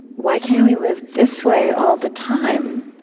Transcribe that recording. why can't we live this way all the time?